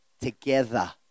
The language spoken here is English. together